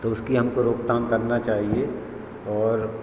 तो उसकी हमको रोकथाम करना चाहिये और